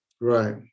right